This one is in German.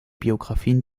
biografien